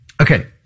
okay